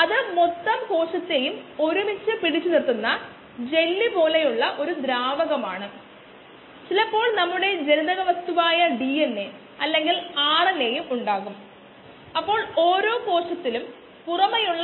അതിനാൽ rx times V rg ന് തുല്യമാണ് അത് ഇവിടെ നിന്ന് V dx dt ന് തുല്യമാണ്